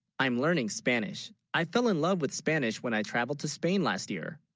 i'm learning spanish i fell in love with spanish, when i traveled to spain last, year